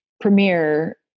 premiere